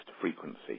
frequency